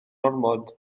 ormod